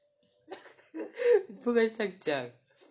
你不可以这样讲